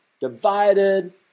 divided